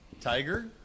Tiger